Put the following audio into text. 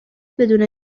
بدون